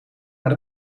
naar